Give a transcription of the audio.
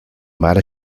mare